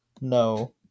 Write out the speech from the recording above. No